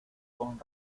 con